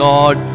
Lord